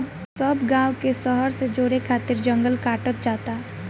सब गांव के शहर से जोड़े खातिर जंगल कटात जाता